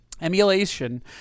emulation